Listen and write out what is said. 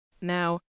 Now